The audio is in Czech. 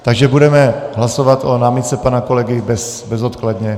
Takže budeme hlasovat o námitce pana kolegy bezodkladně.